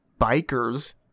bikers